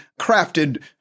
crafted